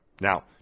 Now